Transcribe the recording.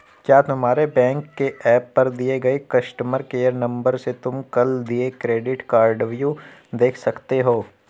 क्या तुम्हारे बैंक के एप पर दिए गए कस्टमर केयर नंबर से तुम कुल देय क्रेडिट कार्डव्यू देख सकते हो?